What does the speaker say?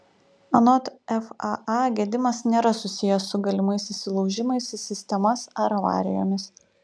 anot faa gedimas nėra susijęs su galimais įsilaužimais į sistemas ar avarijomis